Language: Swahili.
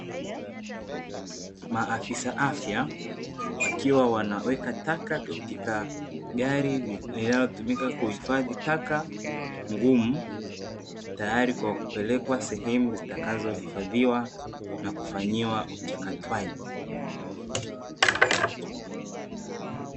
Maafisa afya wakiwa wanaweka taka katika gari linalotumika kuhifadhi taka ngumu, tayari kwa kupelekwa sehemu zitakazohifadhiwa na kufanyiwa uchakatwaji.